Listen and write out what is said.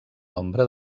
nombre